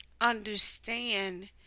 understand